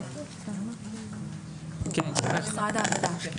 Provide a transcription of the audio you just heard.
משרד העבודה.